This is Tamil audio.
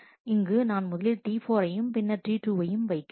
இங்கு நான் முதலில் T4 யும் பின்னர் T2 வையும் வைக்கிறேன்